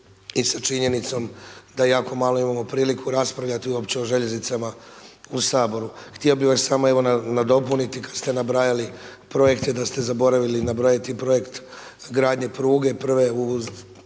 i sa činjenicom da jako malo imamo priliku raspravljati uopće o željeznicama u Saboru. Htio bih vas samo evo nadopuniti kada ste nabrajali projekte da ste zaboravili nabrojati projekt gradnje pruge prve u zadnjih